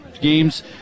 games